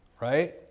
Right